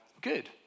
good